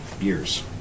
years